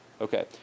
Okay